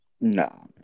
No